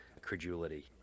credulity